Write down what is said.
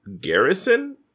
Garrison